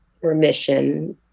remission